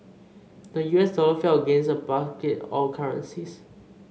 the U S dollar fell against a basket of currencies